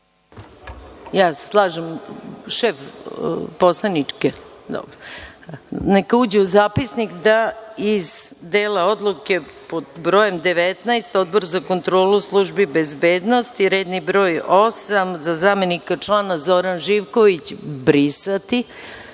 se slažem, šef poslaničke? Dobro. Neka uđe u zapisnik, da iz dela odluke, pod brojem 19, Odbor za kontrolu službi bezbednosti, redni broj 8. za zamenika člana Zoran Živković - brisati